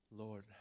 Lord